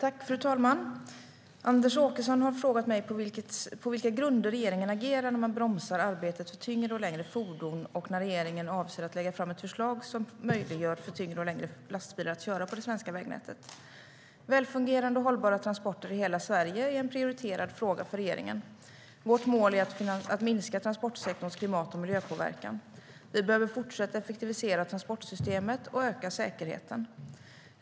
Fru talman! Anders Åkesson har frågat mig på vilka grunder regeringen agerar när man bromsar arbetet för tyngre och längre fordon och när regeringen avser att lägga fram ett förslag som möjliggör för tyngre och längre lastbilar att köra på det svenska vägnätet. Välfungerande och hållbara transporter i hela Sverige är en prioriterad fråga för regeringen. Vårt mål är att minska transportsektorns klimat och miljöpåverkan. Vi behöver fortsätta effektivisera transportsystemet och öka säkerheten.